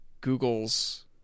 google's